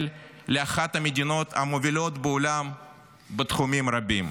לאחד המדינות המובילות בעולם בתחומים רבים.